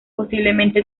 posiblemente